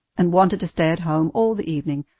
and wanted to stay at home all the evening,